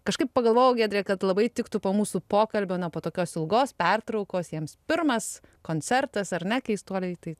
kažkaip pagalvojau giedrė kad labai tiktų po mūsų pokalbio na po tokios ilgos pertraukos jiems pirmas koncertas ar ne keistuoliai tai